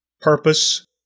purpose